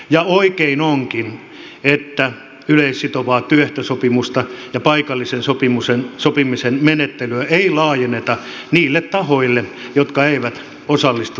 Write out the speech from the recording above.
ja oikein onkin että yleissitovaa työehtosopimusta ja paikallisen sopimisen menettelyä ei laajenneta niille tahoille jotka eivät osallistu työehtosopimusneuvotteluihin